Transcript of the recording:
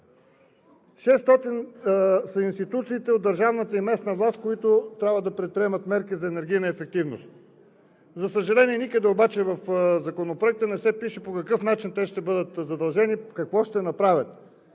са институциите от държавната и местната власт, които трябва да предприемат мерки за енергийна ефективност. За съжаление обаче, никъде в Законопроекта не се пише по какъв начин те ще бъдат задължени, какво ще направят.